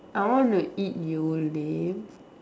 I want to eat Yole